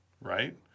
right